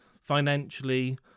financially